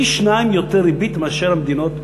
פי-שניים ריבית מהמדינות האירופיות,